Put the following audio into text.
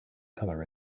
colour